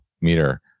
meter